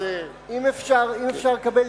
אם אפשר לקבל